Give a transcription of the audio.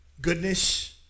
Goodness